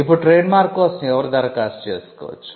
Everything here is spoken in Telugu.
ఇప్పుడు ట్రేడ్మార్క్ కోసం ఎవరు దరఖాస్తు చేసుకోవచ్చు